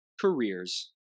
careers